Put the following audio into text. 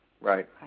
Right